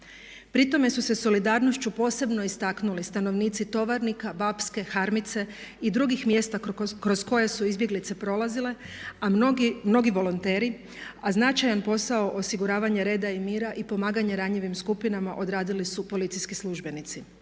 Pri tome su se solidarnošću posebno istaknuli stanovnici Tovarnika, Bapske, Harmice i drugih mjesta kroz koje su izbjeglice prolazile, mnogi volonteri, a značajan posao osiguravanja reda i mira i pomaganje ranjivim skupinama odradili su policijski službenici.